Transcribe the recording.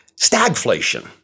stagflation